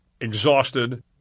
exhausted